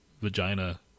vagina